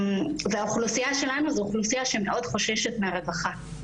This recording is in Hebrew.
האוכלוסייה שלנו היא אוכלוסייה שמאוד חוששת מהרווחה.